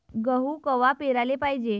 गहू कवा पेराले पायजे?